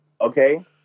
okay